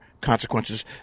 consequences